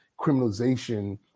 criminalization